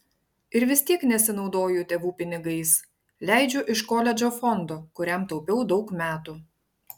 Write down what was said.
ir vis tiek nesinaudoju tėvų pinigais leidžiu iš koledžo fondo kuriam taupiau daug metų